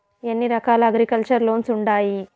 ఎన్ని రకాల agriculture loans ఉండాయి